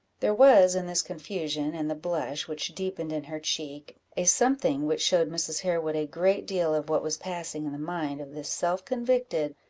there was, in this confusion, and the blush which deepened in her cheek a something which showed mrs. harewood a great deal of what was passing in the mind of this self-convicted,